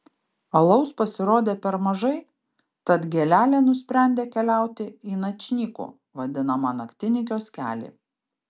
alaus pasirodė per mažai tad gėlelė nusprendė keliauti į načnyku vadinamą naktinį kioskelį